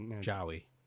Joey